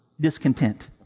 discontent